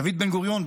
דוד בן-גוריון,